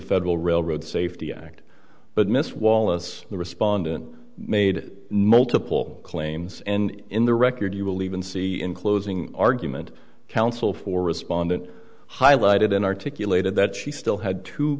federal railroad safety act but miss wallace the respondent made multiple claims and in the record you will even see in closing argument counsel for respondent highlighted and articulated that she still had t